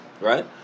Right